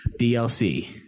DLC